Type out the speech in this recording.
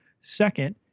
Second